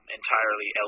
entirely